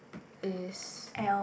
is